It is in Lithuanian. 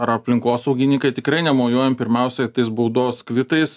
ar aplinkosaugininkai tikrai nemojuojam pirmiausiai tais baudos kvitais